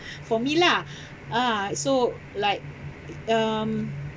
for me lah ah so like um